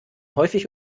häufig